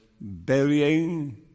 burying